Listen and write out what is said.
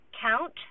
count